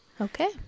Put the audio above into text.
Okay